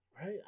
Right